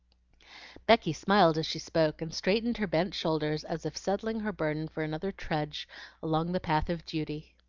becky smiled as she spoke, and straightened her bent shoulders as if settling her burden for another trudge along the path of duty.